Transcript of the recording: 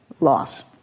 loss